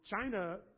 China